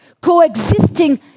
coexisting